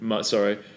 Sorry